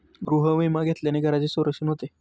गृहविमा घेतल्याने घराचे संरक्षण होते